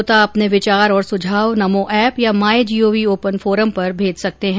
श्रोता अपने विचार और सुझाव नमो एप या माई जीओवी ओपन फोरम पर भेज सकते हैं